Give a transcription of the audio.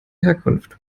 herkunft